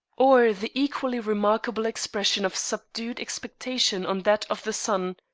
or the equally remarkable expression of subdued expectation on that of the son,